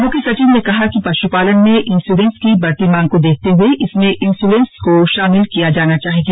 मुख्य सचिव ने कहा कि पशुपालन में इंश्योरेंस की बढ़ती मांग को देखते हुए इसमें इंश्योरेंस को शामिल किया जाना चाहिए